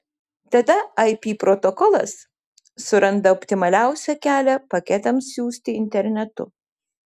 tada ip protokolas suranda optimaliausią kelią paketams siųsti internetu